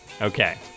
Okay